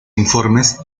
informes